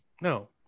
no